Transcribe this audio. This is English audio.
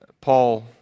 Paul